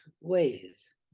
ways